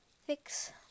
fix